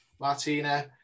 Martina